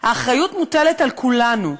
האחריות מוטלת על כולנו,